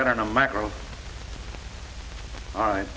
i don't know micro all right